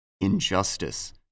injustice